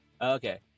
Okay